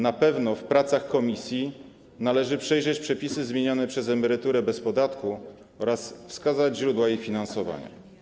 Na pewno podczas prac w komisji należy przejrzeć przepisy zmienione przez emeryturę bez podatku oraz wskazać źródła jej finansowania.